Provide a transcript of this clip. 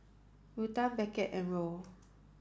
Ruthann Beckett and Roll